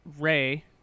Ray